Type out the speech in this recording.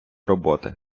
роботи